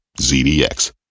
ZDX